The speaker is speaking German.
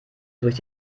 durch